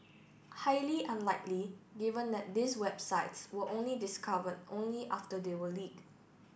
highly unlikely given that these websites were only discovered only after they were leaked